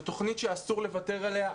זו תוכנית שאסור לוותר עליה.